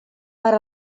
per